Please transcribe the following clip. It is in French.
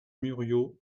muriot